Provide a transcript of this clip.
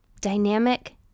dynamic